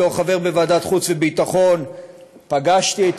בתור חבר בוועדת החוץ והביטחון פגשתי את